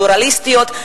פלורליסטיות.